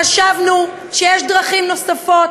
חשבנו שיש דרכים נוספות,